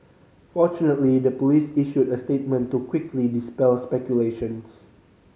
fortunately the police issued a statement to quickly dispel speculations